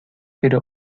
pero